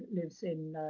lives in